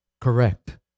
Correct